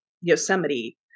yosemite